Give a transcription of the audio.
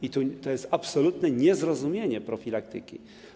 I to jest absolutne niezrozumienie profilaktyki.